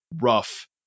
rough